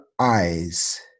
eyes